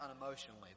unemotionally